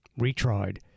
retried